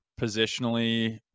positionally